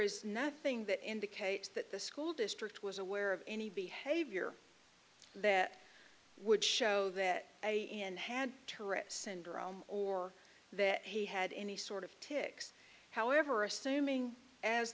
is nothing that indicates that the school district was aware of any behavior that would show that a and had tourette's syndrome or that he had any sort of tics however assuming as